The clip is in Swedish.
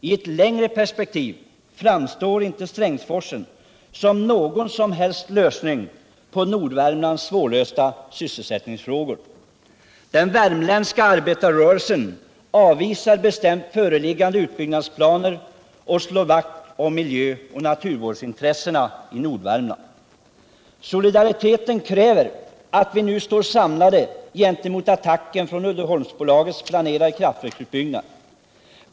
I ett längre perspektiv framstår inte Strängsforsen som någon som helst lösning på Nordvärmlands svårlösta sysselsättningsfrågor. Den värmländska arbetarrörelsen avvisar bestämt föreliggande utbyggnadsplaner och slår vakt om miljöoch naturvårdsintressena i Nordvärmland. Solidariteten kräver att vi nu står samlade gentemot attacken från Uddeholmsbolagets planerade kraftverksutbyggnader.